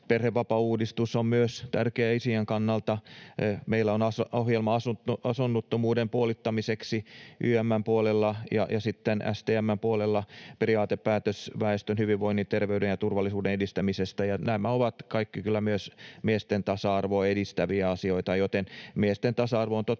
perhevapaauudistus on myös tärkeä isien kannalta ja meillä on ohjelma asunnottomuuden puolittamiseksi YM:n puolella ja sitten STM:n puolella periaatepäätös väestön hyvinvoinnin, terveyden ja turvallisuuden edistämisestä. Nämä ovat kaikki kyllä myös miesten tasa-arvoa edistäviä asioita, ja miesten tasa-arvo on totta kai